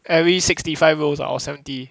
every sixty five rolls or seventy